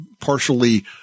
partially